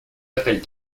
appelle